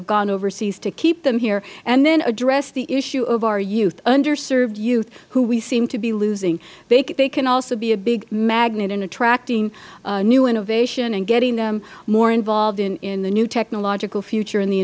have gone overseas to keep them here and then address the issue of our youth underserved youth who we seem to be losing they can also be a big magnet in attracting new innovation and getting them more involved in the new technological future in the